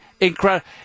incredible